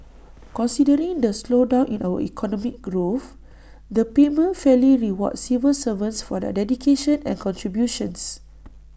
considering the slowdown in our economic growth the payment fairly rewards civil servants for their dedication and contributions